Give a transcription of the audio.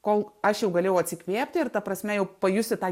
kol aš jau galėjau atsikvėpti ir ta prasme jau pajusti tą